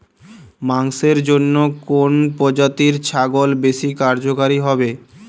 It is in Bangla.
মাংসের জন্য কোন প্রজাতির ছাগল বেশি কার্যকরী হবে?